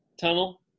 tunnel